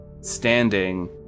standing